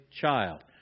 child